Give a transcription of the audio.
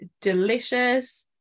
delicious